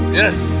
yes